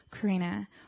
Karina